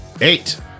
Eight